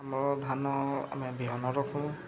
ଆମର ଧାନ ଆମେ ବିହନ ରଖୁ